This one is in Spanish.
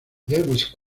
lewis